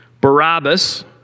Barabbas